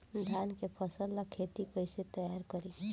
धान के फ़सल ला खेती कइसे तैयार करी?